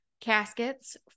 caskets